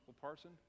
parson